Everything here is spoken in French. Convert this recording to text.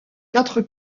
quatre